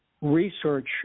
research